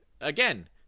again